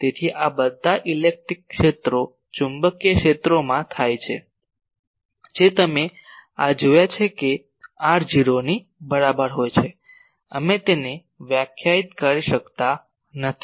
તેથી આ બધા ઇલેક્ટ્રિક ક્ષેત્રો ચુંબકીય ક્ષેત્રોમાં થાય છે જે તમે આ જોયા છે કે r 0 ની બરાબર હોય છે અમે તેને વ્યાખ્યાયિત કરી શકતા નથી